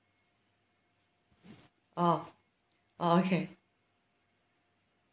oh oh okay